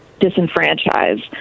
disenfranchise